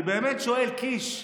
אני באמת שואל, קיש,